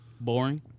boring